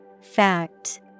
Fact